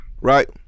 Right